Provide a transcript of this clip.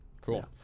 Cool